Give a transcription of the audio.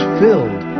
filled